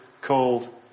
called